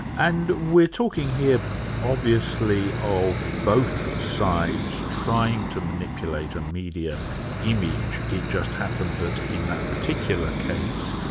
and we're talking here obviously of both sides trying to manipulate a media image. it just happened that in that particular case,